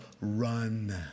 run